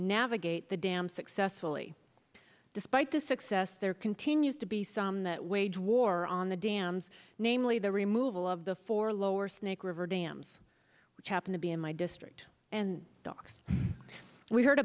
navigate the dam successfully despite this success there continues to be some that wage war on the dams namely the removal of the four lower snake river dams which happen to be in my district and docks we heard